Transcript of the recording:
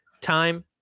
time